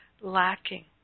lacking